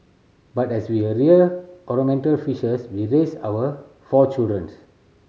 but as we are rear ornamental fishes we raised our four children